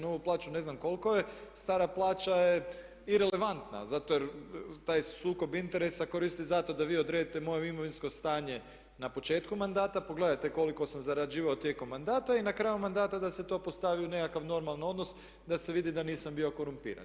Novu plaću ne znam koliko je, stara plaća je irelevantna zato jer taj sukob interesa koristi zato da vi odredite moje imovinsko stanje na početku mandata, pogledate koliko sam zarađivao tijekom mandata i na kraju mandata da se to postavi u nekakav normalan odnos, da se vidi da nisam bio korumpiran.